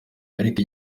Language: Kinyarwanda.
ariko